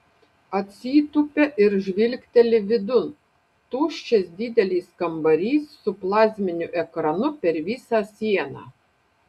atsitūpia ir žvilgteli vidun tuščias didelis kambarys su plazminiu ekranu per visą sieną